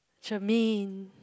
Germaine